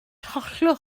hollol